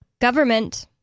government